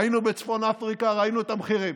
היינו בצפון אפריקה, וראינו את המחירים.